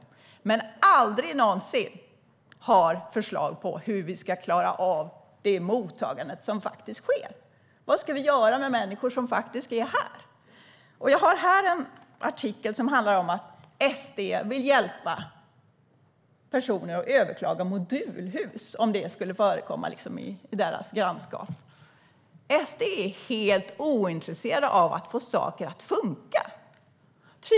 Men Sverigedemokraterna har aldrig någonsin förslag på hur vi ska klara av det mottagande som faktiskt sker. Vad ska vi göra med människor som faktiskt är här? Jag har här en artikel, som jag nu visar för kammarens ledamöter, som handlar om att SD vill hjälpa personer att överklaga modulhus, ifall de skulle förekomma i deras grannskap. SD är helt ointresserat av att få saker att fungera.